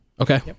Okay